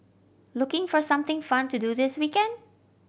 looking for something fun to do this weekend